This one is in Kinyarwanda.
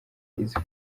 izi